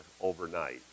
overnight